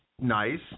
nice